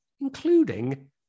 including